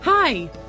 Hi